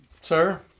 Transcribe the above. Sir